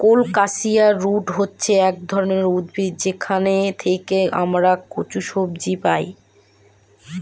colocasia root হচ্ছে এক ধরনের উদ্ভিদ যেখান থেকে আমরা কচু সবজি পাই